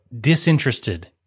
disinterested